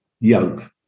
young